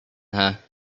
her